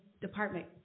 department